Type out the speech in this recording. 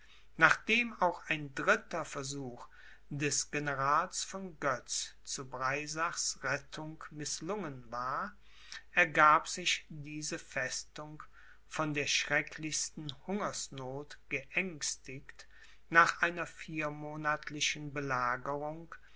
nachdem auch ein dritter versuch des generals von götz zu breisachs rettung mißlungen war ergab sich diese festung von der schrecklichsten hungersnoth geängstigt nach einer viermonatlichen belagerung